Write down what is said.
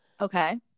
Okay